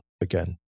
again